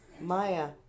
Maya